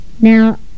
Now